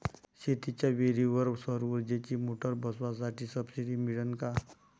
शेतीच्या विहीरीवर सौर ऊर्जेची मोटार बसवासाठी सबसीडी मिळन का?